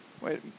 Wait